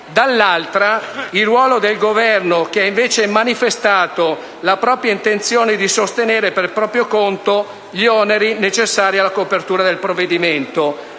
dall'altra, il ruolo del Governo, che ha invece manifestato la propria intenzione di sostenere per proprio conto gli oneri necessari alla copertura del provvedimento.